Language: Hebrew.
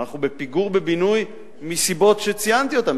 ואנחנו בפיגור בבינוי מסיבות שציינתי אותן,